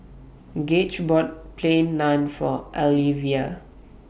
Gage bought Plain Naan For Alyvia